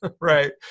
Right